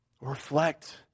Reflect